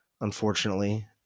unfortunately